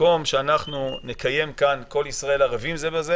במקום שאנחנו נקיים כאן "כל ישראל ערבים זה בזה",